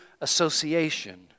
association